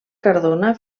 cardona